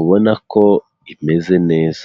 ubona ko imeze neza.